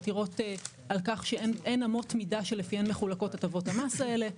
עתירות על כך שאין אמות מידה שלפיהן מחולקות הטבות המס האלה,